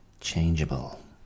changeable